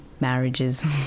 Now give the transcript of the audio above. marriages